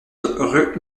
rue